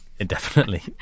indefinitely